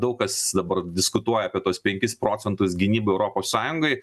daug kas dabar diskutuoja apie tuos penkis procentus gynybai europos sąjungai